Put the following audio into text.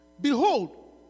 Behold